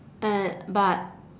and but